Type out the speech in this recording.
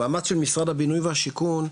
המאמץ של משרד הבינוי והשיכון,